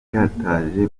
yatakaje